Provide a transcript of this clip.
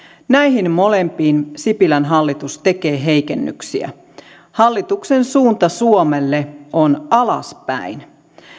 näihin molempiin sipilän hallitus tekee heikennyksiä hallituksen suunta suomelle on alaspäin